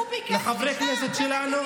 לחברי הכנסת שלנו,